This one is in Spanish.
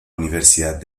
universidad